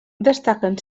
destaquen